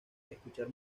escuchar